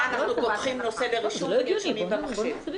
אנחנו פותחים נושא לרישום ונרשמים במחשב.